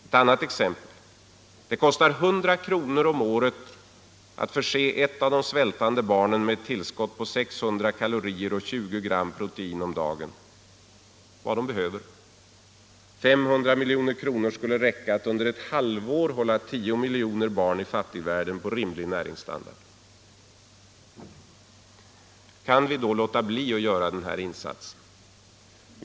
Ett annat exempel på vad ett anslag skulle kunna betyda: Det kostar 100 kronor om året att förse ett av de svältande barnen med ett tillskott på 600 kalorier och 20 gram protein om dagen — det tillskott de behöver. 500 miljoner kronor skulle räcka för att under ett halvår hålla tio miljoner barn i fattigvärlden på rimlig näringsstandard. Kan vi låta bli att göra denna insats?